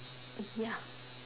ya